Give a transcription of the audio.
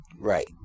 Right